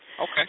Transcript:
Okay